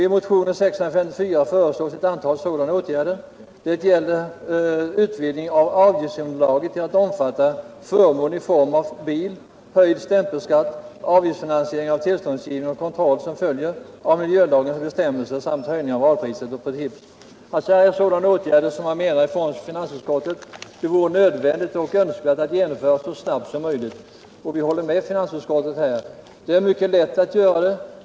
I motionen 654 föreslås ett antal sådana åtgärder. Det gäller utvidgning av avgiftsunderlaget till att omfatta förmån i form av bil, höjd stämpelskatt, avgiftsfinansiering av tillståndsgivning och kontroll som följer av miljölagens bestämmelser samt höjning av radpriset på tipset.” Finansutskottet menar att det är nödvändigt och önskvärt att genomföra dessa åtgärder så snabbt som möjigt. Vi håller med finansutskottet om detta. Det är mycket lätt att genomföra åtgärderna.